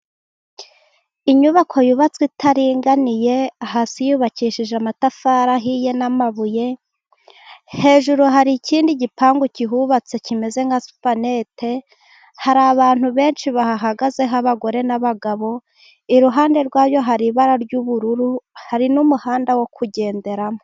Inyubako yubatswe itaringaniye, hasi yubakishije amatafari ahiye n'amabuye. Hejuru hari ikindi gipangu kihubatse kimeze nka supanete, hari abantu benshi bahagazeho abagore n'abagabo. Iruhande rwayo hari ibara ry'ubururu, hari n'umuhanda wo kugenderamo.